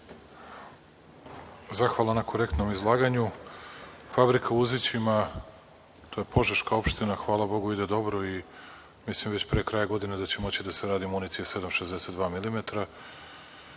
Zahvalan sa na korektnom izlaganju. Fabrika u Uzićima, to je požeška opština, hvala Bogu ide dobro i mislim da će već do kraja godine moći da se radi municija 7,62